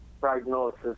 prognosis